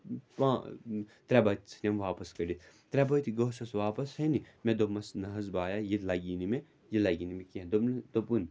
ترٛےٚ بَتہِ ژھٕنِم واپَس کٔڑِتھ ترٛےٚ بٔتۍ گوسَس واپَس ہیٚنہِ مےٚ دوٚپمَس نہٕ حظ بایا یہِ لَگی نہٕ مےٚ یہِ لَگی نہٕ مےٚ کینٛہہ دوٚپُن